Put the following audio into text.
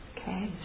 Okay